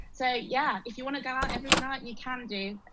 so yeah if you want to go out every night you can do?